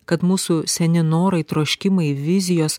kad mūsų seni norai troškimai vizijos